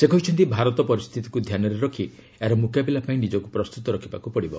ସେ କହିଛନ୍ତି ଭାରତ ପରିସ୍ଥିତିକୁ ଧ୍ୟାନରେ ରଖି ଏହାର ମୁକାବିଲା ପାଇଁ ନିଜକୁ ପ୍ରସ୍ତୁତ ରଖିବାକୁ ପଡ଼ିବ